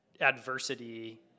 adversity